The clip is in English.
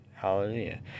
Hallelujah